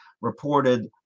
reported